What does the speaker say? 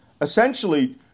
essentially